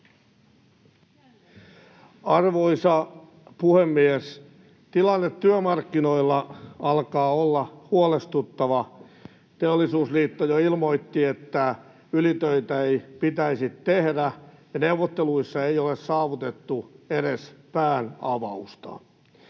Arvoisa puhemies! Tilanne työmarkkinoilla alkaa olla huolestuttava. Teollisuusliitto jo ilmoitti, että ylitöitä ei pitäisi tehdä, ja neuvotteluissa ei ole saavutettu edes päänavausta.